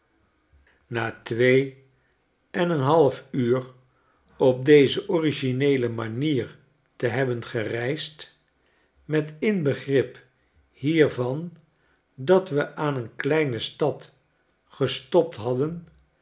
na twee en een half uur op deze origineele manier te hebben gereisd met inbegrip hiervan dat we aan een kleine stad gestopt hadden